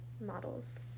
models